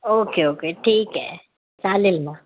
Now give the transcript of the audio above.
okay okay ठीक आहे चालेल मग